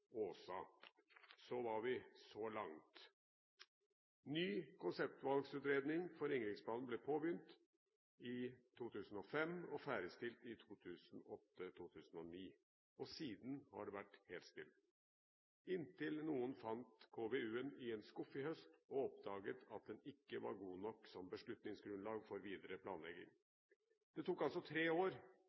Åsa.» Så var vi så langt. Ny konseptvalgutredning for Ringeriksbanen ble påbegynt i 2005 og ferdigstilt i 2008/2009. Siden har det vært helt stille, inntil noen fant KVU-en i en skuff i høst og oppdaget at den ikke var god nok som beslutningsgrunnlag for videre planlegging. Det tok altså tre år